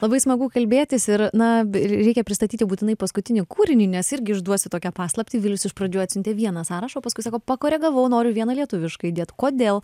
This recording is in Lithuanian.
labai smagu kalbėtis ir na ir reikia pristatyti būtinai paskutinį kūrinį nes irgi išduosiu tokią paslaptį vilius iš pradžių atsiuntė vieną sąrašą o paskui sako pakoregavau noriu vieną lietuvišką įdėt kodėl